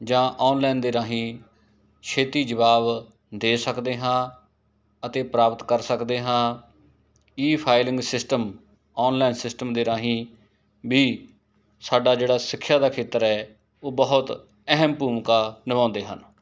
ਜਾਂ ਔਨਲਾਈਨ ਦੇ ਰਾਹੀਂ ਛੇਤੀ ਜਵਾਬ ਦੇ ਸਕਦੇ ਹਾਂ ਅਤੇ ਪ੍ਰਾਪਤ ਕਰ ਸਕਦੇ ਹਾਂ e filing system online system ਦੇ ਰਾਹੀਂ ਵੀ ਸਾਡਾ ਜਿਹੜਾ ਸਿੱਖਿਆ ਦਾ ਖੇਤਰ ਹੈ ਉਹ ਬਹੁਤ ਅਹਿਮ ਭੂਮਿਕਾ ਨਿਭਾਉਂਦੇ ਹਨ